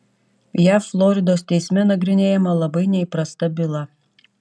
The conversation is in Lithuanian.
jav floridos teisme nagrinėjama labai neįprasta byla